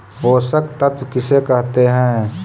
पोषक तत्त्व किसे कहते हैं?